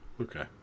Okay